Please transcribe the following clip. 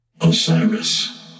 Osiris